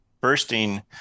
bursting